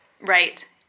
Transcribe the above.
Right